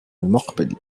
المقبل